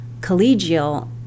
collegial